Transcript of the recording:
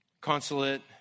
consulate